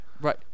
right